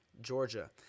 Georgia